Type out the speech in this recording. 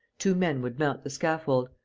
two men would mount the scaffold,